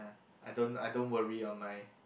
ya I don't I don't worry on my